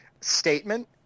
statement